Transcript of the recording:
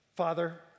Father